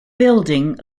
building